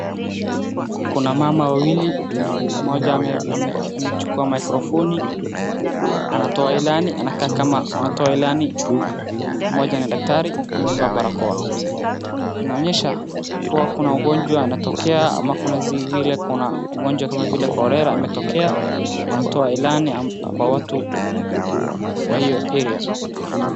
Kuna mama wawili, mmoja ame, amechukua microphone anatoa ilani anakaa kama anatoa ilani mmoja ni daktari amevaa barakoa. Inaonyesha kuwa kuna ugonjwa ametokea ama kuna ugonjwa kama vile cholera ametokea, anatoa ilani kwa watu wa hiyo area .